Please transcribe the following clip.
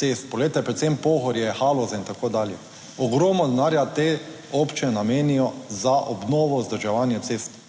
cest, poglejte, predvsem Pohorje, Haloze in tako dalje. Ogromno denarja te občine namenijo za obnovo in vzdrževanje cest,